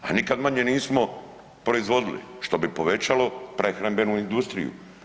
A nikad manje nismo proizvodili što bi povećalo prehrambenu industriju.